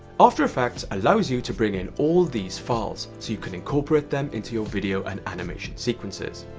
after effects allows you to bring in all these files so you can incorporate them into your video and animation sequences.